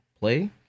play